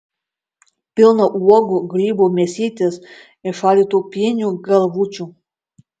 pilną uogų grybų mėsytės ir šaldytų pienių galvučių